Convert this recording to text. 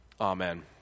Amen